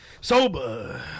Sober